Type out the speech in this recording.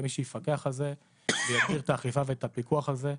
מי שיפקח על זה ויגביר את האכיפה ואת הפיקוח על זה.